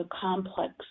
complex